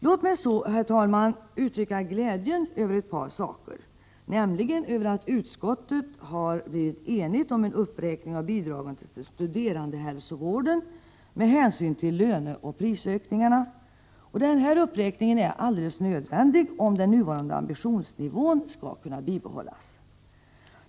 Låt mig så, herr talman, uttrycka glädje över ett par saker, nämligen att utskottet har enats om en uppräkning av bidragen till studerandehälsovården med hänsyn till löneoch prisökningarna. Denna uppräkning är alldeles nödvändig, om den nuvarande ambitionsnivån skall kunna bibehållas.